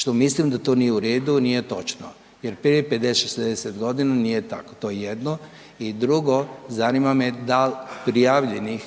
što mislim da to nije u redu, nije točno jer prije 50-60.g. nije tako, to je jedno. I drugo, zanima me dal prijavljenih,